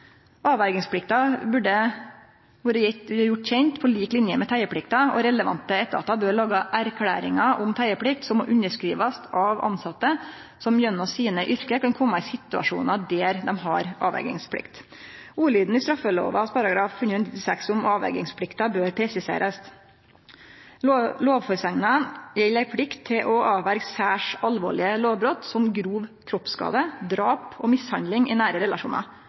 Avverjingsplikta burde vore gjort kjent på lik linje med teieplikta, og relevante etatar bør lage erklæringar om teieplikt som må underskrivast av tilsette som gjennom yrket sitt kan kome i situasjonar der dei har avverjingsplikt. Ordlyden i straffelova § 196 om avverjingsplikta bør presiserast. Lovføresegna gjeld ei plikt til å avverje særs alvorlege lovbrot som grov kroppsskade, drap og mishandling i nære relasjonar.